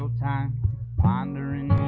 so time laundering,